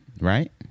right